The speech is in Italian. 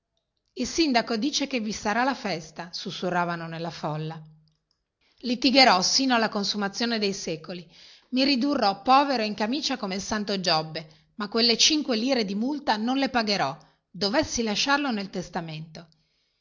il sindaco dice che vi sarà la festa sussurravano nella folla litigherò sino alla consumazione dei secoli mi ridurrò povero e in camicia come il santo giobbe ma quelle cinque lire di multa non le pagherò dovessi lasciarlo nel testamento